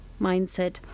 mindset